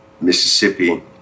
Mississippi